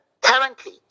currently